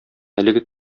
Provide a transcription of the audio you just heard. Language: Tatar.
әлеге